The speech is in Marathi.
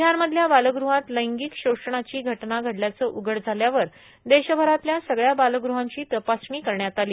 बिहारमधल्या बालगृहात लैंगिक शोषणाची घटना घडल्याचं उघड झाल्यावर देशभरातल्या सगळया बालगृहांची तपासणी करण्यात आली